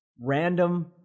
random